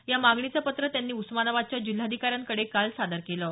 या मागणीचं पत्र त्यांनी उस्मानाबादच्या जिल्हाधिकाऱ्यांकडे सादर केलं आहे